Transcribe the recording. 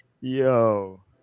Yo